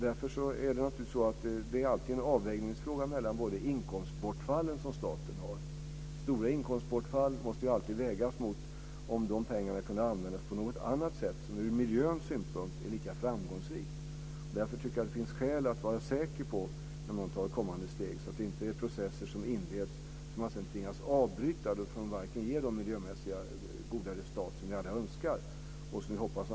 Därför är det naturligtvis alltid en avvägningsfråga när det gäller de inkomstbortfall som staten har. Stora inkomstbortfall måste alltid vägas mot frågan om de pengarna kan användas på något annat sätt som ur miljöns synpunkt är lika framgångsrikt. Därför tycker jag att det finns skäl att vara säker när man tar kommande steg, så att man inte inleder processer som man sedan tvingas avbryta därför att de inte ger de miljömässigt goda resultat som vi alla önskar och hoppas på.